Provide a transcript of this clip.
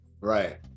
Right